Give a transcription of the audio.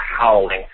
howling